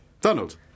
Donald